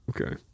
Okay